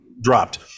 dropped